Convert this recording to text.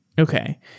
Okay